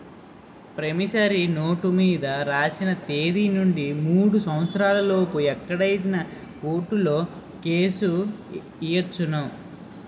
promissory note మీద రాసిన తేదీ నుండి మూడు సంవత్సరాల లోపు ఎప్పుడైనా కోర్టులో కేసు ఎయ్యొచ్చును